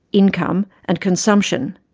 income and consumption.